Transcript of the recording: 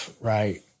right